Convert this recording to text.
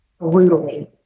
brutally